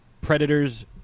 Predators